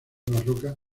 barroca